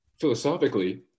philosophically